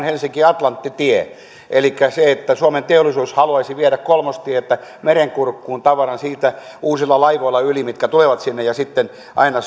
helsinki atlantti tie elikkä se että suomen teollisuus haluaisi viedä tavaran kolmostietä merenkurkkuun siitä yli uusilla laivoilla mitkä tulevat sinne ja sitten aina